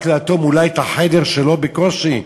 רק לאטום אולי את החדר שלו, בקושי,